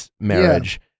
marriage